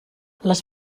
les